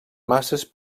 masses